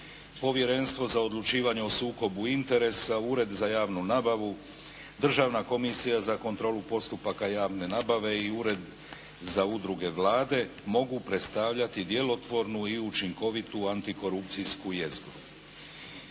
Povjerenstvo za odlučivanje o sukobu interesa, Ured za javnu nabavu, Državna komisija za kontrolu postupaka javne nabave i Ured za udruge Vlade mogu predstavljati djelotvornu i učinkovitu antikorupcijsku jezgru.